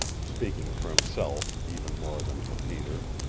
speaking for himself even more than for peter.